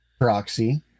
Proxy